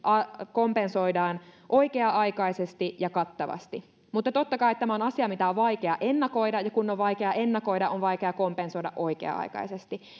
kompensoidaan oikea aikaisesti ja kattavasti totta kai tämä on asia mitä on vaikea ennakoida ja kun on vaikea ennakoida on vaikea kompensoida oikea aikaisesti